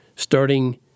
Starting